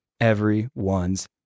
Everyone's